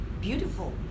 beautiful